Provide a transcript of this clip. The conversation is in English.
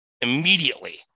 immediately